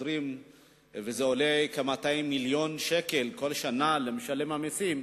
עוזרים וזה עולה כ-200 מיליון שקל בכל שנה למשלם המסים.